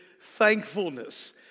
thankfulness